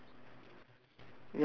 ya something what sorry